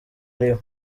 ariwe